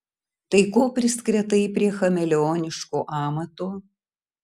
tai ko priskretai prie chameleoniško amato